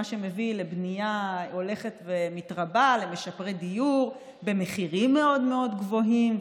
מה שמביא לבנייה הולכת ומתרבה למשפרי דיור במחירים מאוד מאוד גבוהים,